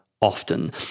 often